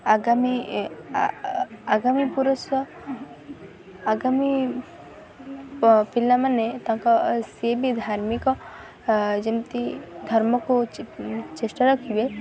ଆଗାମୀ ଆଗାମୀ ପୁରୁଷ ଆଗାମୀ ପିଲାମାନେ ତାଙ୍କ ସିଏ ବି ଧାର୍ମିକ ଯେମିତି ଧର୍ମକୁ ଚେଷ୍ଟା ରଖିବେ